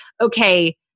okay